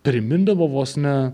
primindavo vos ne